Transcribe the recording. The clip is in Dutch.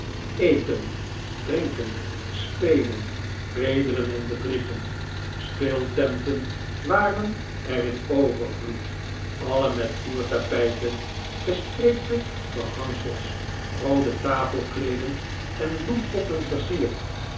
eten drinken spelen bedelen en bedriegen speeltenten waren er in overvloed alle met vloertapijten gestreepte behangsels roode tafelkleeden en bloempotten versierd